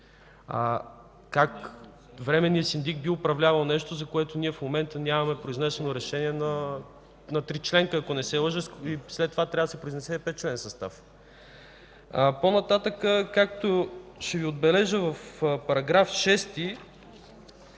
Как временният синдик би управлявал нещо, за което ние в момента нямаме произнесено решение на тричленка, ако не се лъжа, а след това трябва да се произнесе и 5-членен състав?! По-нататък, в § 6, в създадената нова т.